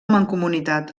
mancomunitat